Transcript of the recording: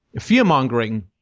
fear-mongering